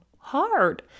hard